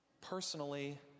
Personally